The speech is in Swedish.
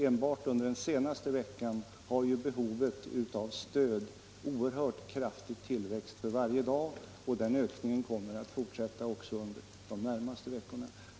Enbart under den senaste veckan har ju behovet av stöd oerhört kraftigt tillväxt för varje dag, och den ökningen kommer att fortsätta under de närmaste veckorna.